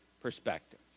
perspective